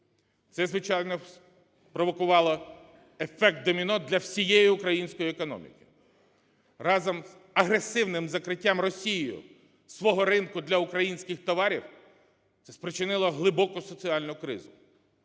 Це, звичайно, спровокувало ефект доміно для всієї української економіки. Разом з агресивним закриттям Росією свого ринку для українських товарів це спричинило глибоку соціальну кризу.